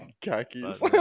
khakis